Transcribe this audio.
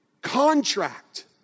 contract